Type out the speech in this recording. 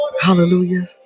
hallelujah